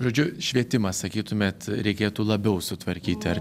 žodžiu švietimą sakytumėt reikėtų labiau sutvarkyti ar